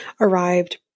arrived